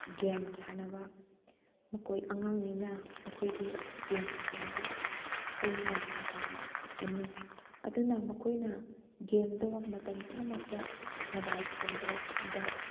game ꯁꯥꯟꯅꯕ ꯃꯈꯣꯏ ꯑꯉꯥꯡꯅꯤꯅ ꯃꯈꯣꯏꯗꯤ ꯒꯦꯝ ꯁꯥꯟꯅꯕꯁꯤ ꯌꯥꯝꯅ ꯄꯥꯝꯒꯅꯤ ꯑꯗꯨꯅ ꯃꯈꯣꯏꯅ ꯒꯦꯝꯗꯣ ꯃꯇꯝ ꯄꯨꯝꯅꯃꯛꯇ ꯃꯣꯕꯥꯏꯜ ꯐꯣꯅꯑꯗꯨꯗ